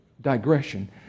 digression